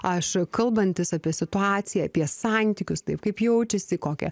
aš e kalbantis apie situaciją apie santykius taip kaip jaučiasi kokia